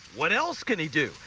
what else can he do?